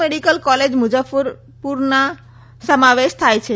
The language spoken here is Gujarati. મેડીકલ કોલેજ મુઝફ્ફરપુરના સમાવેશ થાય છે